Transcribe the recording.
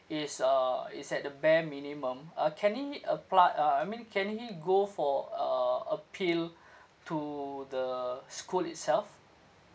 is uh is at the bare minimum uh can he apply uh I mean can he go for uh appeal to the school itself